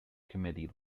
committee